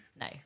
No